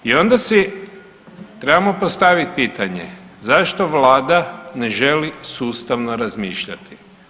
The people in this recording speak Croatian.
I onda si trebamo postavit pitanje zašto vlada ne želi sustavno razmišljati?